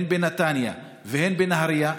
הן בנתניה והן בנהריה.